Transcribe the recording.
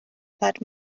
hört